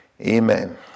Amen